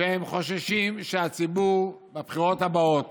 שהם חוששים שהציבור בבחירות הבאות